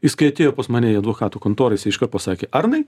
jis kai atėjo pas mane į advokatų kontorą jisai iškart pasakė arnai